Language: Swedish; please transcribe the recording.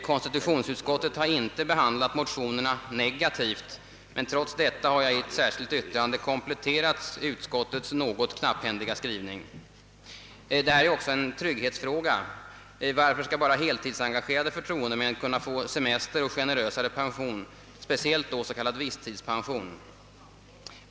Konstitutionsutskottet har inte behandlat motionerna negativt, men trots detta har jag i ett särskilt yttrande kompletterat utskottets något knapphändiga skrivning. Det här är också en trygghetsfråga. Varför skall bara heltidsengagerade förtroendemän kunna få semester och generösare pension, speciellt då s.k. visstidspension?